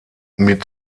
mit